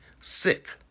sick